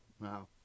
Wow